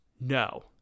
no